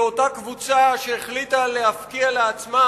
ואותה קבוצה שהחליטה להפקיע לעצמה,